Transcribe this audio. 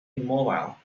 immobile